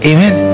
Amen